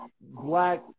black